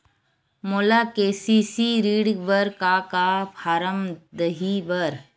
मोला के.सी.सी ऋण बर का का फारम दही बर?